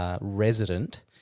resident